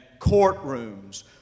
courtrooms